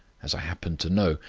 as i happen to know.